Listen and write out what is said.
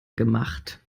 gemacht